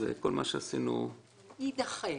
וכל מה שעשינו --- יידחה.